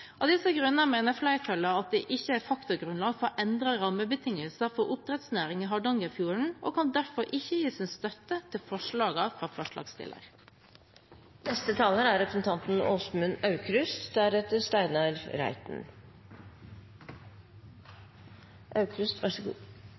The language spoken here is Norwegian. Av disse grunner mener flertallet at det ikke er faktagrunnlag for endrede rammebetingelser for oppdrettsnæringen i Hardangerfjorden, og kan derfor ikke gi sin støtte til